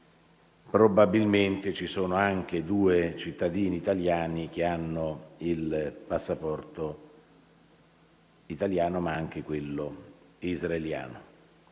probabilmente ci sono anche due cittadini italiani che hanno il passaporto italiano, ma anche quello israeliano.